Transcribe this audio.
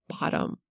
bottom